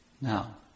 Now